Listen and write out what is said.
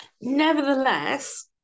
Nevertheless